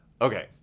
okay